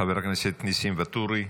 חבר הכנסת ניסים ואטורי,